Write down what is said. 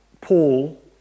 Paul